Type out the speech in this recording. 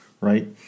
right